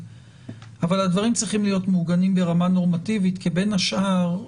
אבל הדברים צריכים להיות מעוגנים ברמה נורמטיבית כי בין השאר,